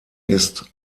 ist